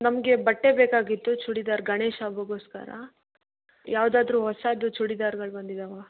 ನಮಗೆ ಬಟ್ಟೆ ಬೇಕಾಗಿತ್ತು ಚೂಡಿದಾರ್ ಗಣೇಶ ಹಬ್ಬಕ್ಕೋಸ್ಕರ ಯಾವುದಾದ್ರು ಹೊಸದು ಚೂಡಿದಾರ್ಗಳು ಬಂದಿದವಾ